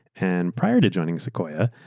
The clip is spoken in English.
and prior to joining sequoia,